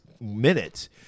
minute